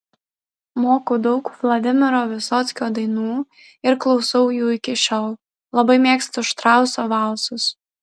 moku daug vladimiro vysockio dainų ir klausau jų iki šiol labai mėgstu štrauso valsus